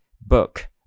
book